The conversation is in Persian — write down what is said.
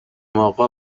اقا